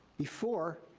before,